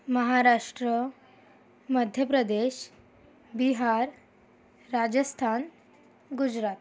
Maharashtra Madhya Pradesh Bihar Rajasthan Gujarat